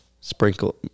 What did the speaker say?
sprinkle